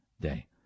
day